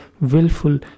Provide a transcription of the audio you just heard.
willful